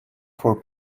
for